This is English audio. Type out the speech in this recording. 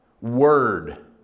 word